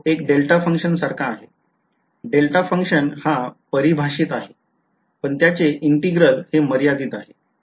तो एक delta function सारखा आहे डेल्टा function हा परिभाषित आहे पण त्याचे integral हे मर्यादित आहे